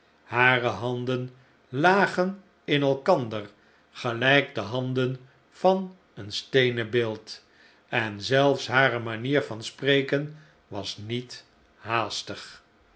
hare handen lagen in elkander gelijk de handen van een steenen beeld en zelfs hare manier van spreken was niet haastig